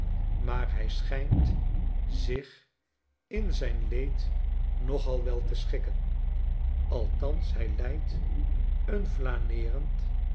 maar hij schijnt zich in zijn leed nogal wel te schikken althans hij leidt een flaneerend